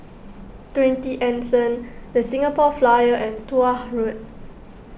twenty Anson the Singapore Flyer and Tuah Road